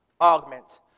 augment